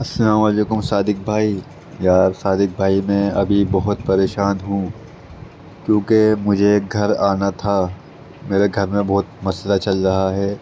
السلام علیکم صادق بھائی یار صادق بھائی میں ابھی بہت پریشان ہوں کیونکہ مجھے ایک گھر آنا تھا میرے گھر میں بہت مسئلہ چل رہا ہے